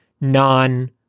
non